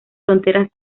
fronteras